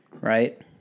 right